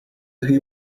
who